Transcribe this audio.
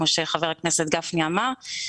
כמו שחבר הכנסת גפני אמר,